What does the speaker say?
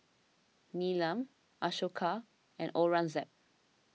Neelam Ashoka and Aurangzeb